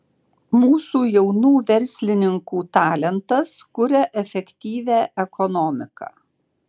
mūsų jaunų verslininkų talentas kuria efektyvią ekonomiką